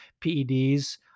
PEDs